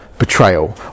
betrayal